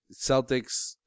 Celtics